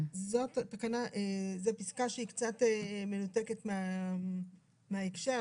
זאת פסקה שהיא קצת מנותקת מההקשר.